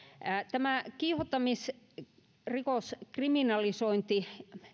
tämä kiihottamisrikoskriminalisointi